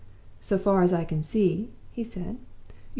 so far as i can see he said,